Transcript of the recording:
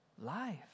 life